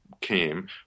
came